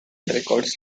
records